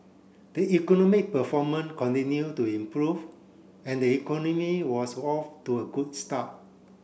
the economic performance continued to improve and the economy was off to a good start